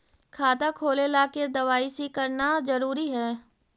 खाता खोले ला के दवाई सी करना जरूरी है?